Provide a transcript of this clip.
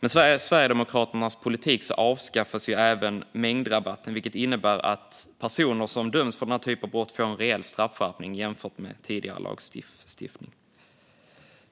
Med Sverigedemokraternas politik avskaffas även mängdrabatten, vilket innebär att personer som döms för denna typ av brott får en reell straffskärpning jämfört med tidigare lagstiftning.